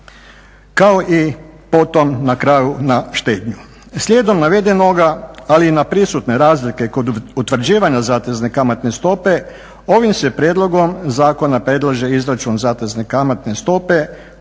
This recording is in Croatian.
kao i potom na kraju na štednju. Slijedom navedenoga ali i na prisutne razlike kod utvrđivanja zatezne kamatne stope ovim se prijedlogom zakona predlaže izračun zatezne kamatne stope